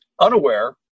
unaware